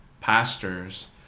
pastors